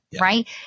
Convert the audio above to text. right